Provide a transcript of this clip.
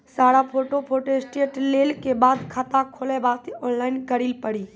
सारा photo photostat लेल के बाद खाता खोले वास्ते ऑनलाइन करिल पड़ी?